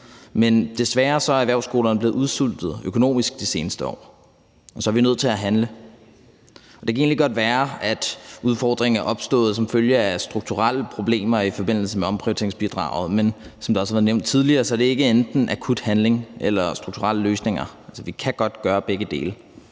Men desværre er erhvervsskolerne blevet udsultet økonomisk de seneste år, og så er vi nødt til at handle. Det kan egentlig godt være, at udfordringen er opstået som følge af strukturelle problemer i forbindelse med omprioriteringsbidraget, men som det også har været nævnt tidligere, er det ikke enten akut handling eller strukturelle løsninger, der skal til. Altså, vi kan godt gøre begge dele.